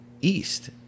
East